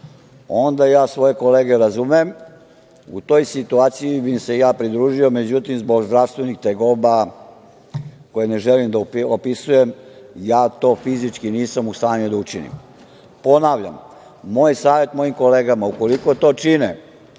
onda ja svoje kolege razumem. U toj situaciji bih im se ja pridružio, međutim, zbog zdravstvenih tegoba koje ne želim da opisujem ja to fizički nisam u stanju da učinim. Ponavljam, moj savet mojim kolegama, ukoliko to čine